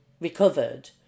recovered